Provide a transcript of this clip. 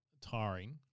tiring